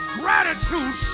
gratitude